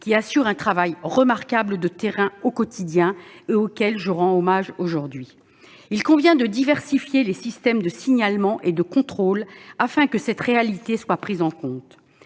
qui assurent un travail remarquable de terrain au quotidien, auxquelles je rends hommage aujourd'hui. Il convient de diversifier les systèmes de signalement et de contrôle afin que cette réalité soit prise en compte.